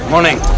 Morning